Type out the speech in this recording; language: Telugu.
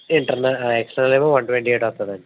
ఇంటర్నల్ ఎక్స్టర్నల్ ఏమో వన్ ట్వంటీ ఎయిట్ వస్తుందండీ